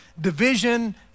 division